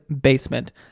basement